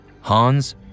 Hans